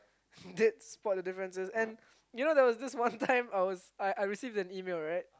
did spot the differences and you know there was one time I was I I received an email right